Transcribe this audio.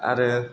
आरो